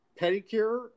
pedicure